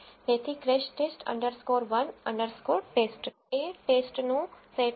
તેથી crash test underscore 1 underscore ટેસ્ટcrashTest 1 TEST એ ટેસ્ટનો સેટ છે